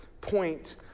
point